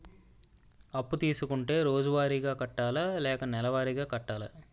అప్పు తీసుకుంటే రోజువారిగా కట్టాలా? లేకపోతే నెలవారీగా కట్టాలా?